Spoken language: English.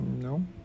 No